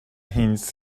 hints